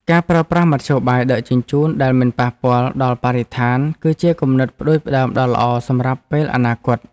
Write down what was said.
ការប្រើប្រាស់មធ្យោបាយដឹកជញ្ជូនដែលមិនប៉ះពាល់ដល់បរិស្ថាន គឺជាគំនិតផ្តួចផ្តើមដ៏ល្អសម្រាប់ពេលអនាគត។